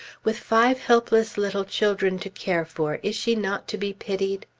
with five helpless little children to care for, is she not to be pitied?